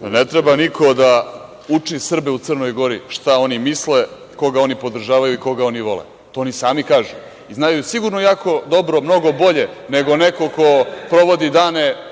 Ne treba niko da uči Srbe u Crnoj Gori šta oni misle, koga oni podržavaju i koga oni vole. To oni sami kažu. I znaju sigurno jako dobro, mnogo bolje nego neko ko provodi dane